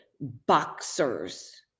boxers